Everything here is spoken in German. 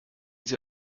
sie